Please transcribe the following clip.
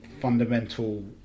fundamental